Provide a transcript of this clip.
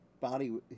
body